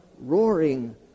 Roaring